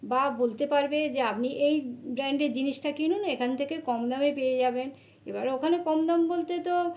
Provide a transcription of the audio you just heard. বা বলতে পারবে যে আপনি এই ব্র্যান্ডের জিনিসটা কিনুন এখান থেকে কম দামে পেয়ে যাবেন এবার ওখানে কম দাম বলতে তো